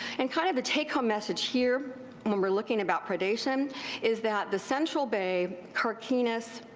and kind of the take home message here when weire looking about predation is that the central bay, carquinez,